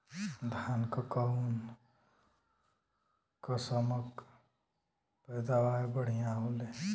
धान क कऊन कसमक पैदावार बढ़िया होले?